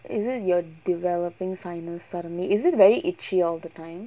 is it you're developing sinus suddenly is it very itchy all the time